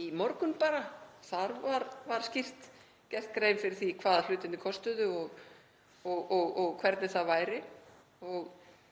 í morgun bara og þar var skýrt gerð grein fyrir því hvað hlutirnir kostuðu og hvernig það væri.